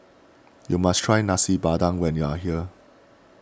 you must try Nasi Padang when you are here